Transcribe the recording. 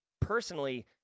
personally